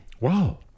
Wow